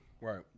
Right